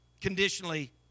conditionally